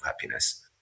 happiness